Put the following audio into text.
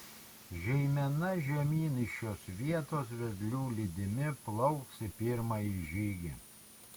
žeimena žemyn iš šios vietos vedlių lydimi plauks į pirmąjį žygį